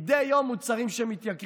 אנחנו רואים מדי יום מוצרים שמתייקרים,